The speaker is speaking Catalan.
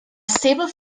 seva